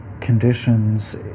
conditions